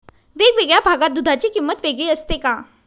वेगवेगळ्या भागात दूधाची किंमत वेगळी असते का?